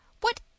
What